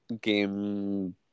game